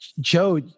joe